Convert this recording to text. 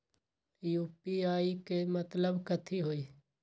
UPI के मतलब कथी होई?